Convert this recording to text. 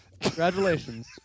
Congratulations